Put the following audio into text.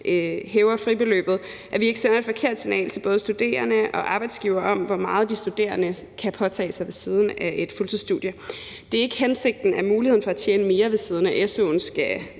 hæver fribeløbet, altså at vi ikke skal sende et forkert signal til både studerende og arbejdsgivere om, hvor meget de studerende kan påtage sig ved siden af et fuldtidsstudie. Det er ikke hensigten, at muligheden for at tjene mere ved siden af su'en skal